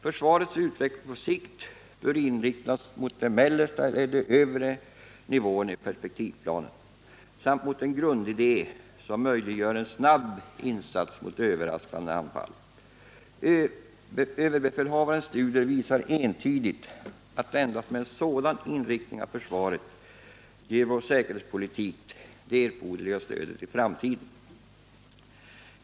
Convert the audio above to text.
Försvarets utveckling på sikt bör inriktas mot de mellersta eller de övre nivåerna i perspektivplanen samt mot den grundidé som möjliggör en snabb insats mot överraskande anfall. Överbefälhavarens studier visar entydigt att endast en sådan inriktning av försvaret ger vår säkerhetspolitik det erforderliga stödet i framtiden.